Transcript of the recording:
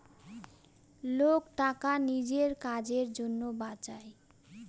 লোক টাকা নিজের কাজের জন্য বাঁচায়